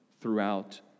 throughout